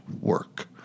work